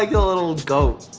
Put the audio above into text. like the little goat.